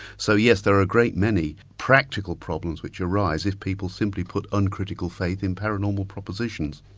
so yes, there are a great many practical problems, which arise if people simply put uncritical faith in paranormal propositions.